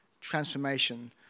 transformation